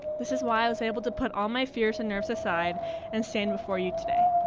this is why i was able to put all my fears and nerves aside and stand before you today.